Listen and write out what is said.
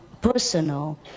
personal